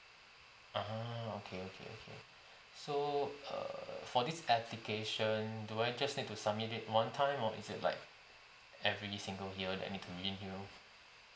ah okay okay okay so err for this application do I just need to submit it one time or is it like every single year that I need to renew you know